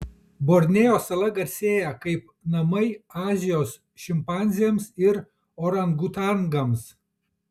borneo sala garsėja kaip namai azijos šimpanzėms ir orangutangams